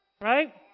Right